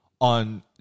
on